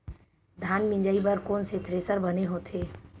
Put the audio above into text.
धान मिंजई बर कोन से थ्रेसर बने होथे?